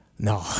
No